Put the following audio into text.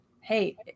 hey